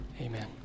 Amen